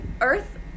Earth